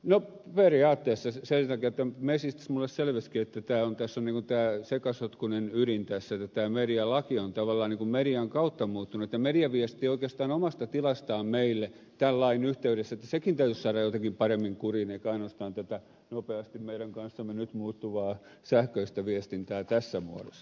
no periaatteessa sen takia että message minulle selvisikin että tässä on tämä sekasotkuinen ydin että tämä medialaki on tavallaan median kautta muuttunut että media viestii oikeastaan omasta tilastaan meille tämän lain yhteydessä että sekin täytyisi saada jotenkin paremmin kuriin eikä ainoastaan tätä nopeasti meidän kanssamme nyt muuttuvaa sähköistä viestintää tässä muodossa